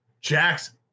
Jackson